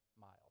miles